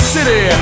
City